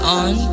on